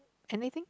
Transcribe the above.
anything